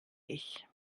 ich